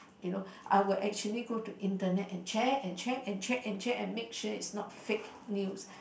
you know I would actually go to internet and check and check and check and check and make sure it's not fake news